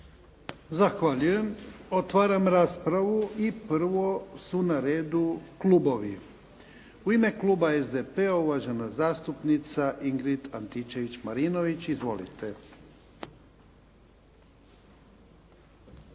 Zahvaljujem. Otvaram raspravu i prvo su na redu klubovi. U ime kluba SDP-a, uvažena zastupnica Ingrid Antičević Marinović. Izvolite.